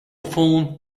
phone